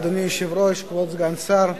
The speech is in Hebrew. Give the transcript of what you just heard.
אדוני היושב-ראש, כבוד סגן שר האוצר,